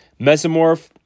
Mesomorph